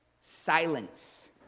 Silence